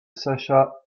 sacha